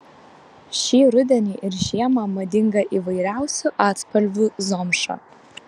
šį rudenį ir žiemą madinga įvairiausių atspalvių zomša